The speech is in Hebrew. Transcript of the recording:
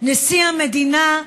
משפרעם לנסוע,